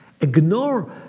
ignore